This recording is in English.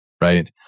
right